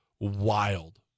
wild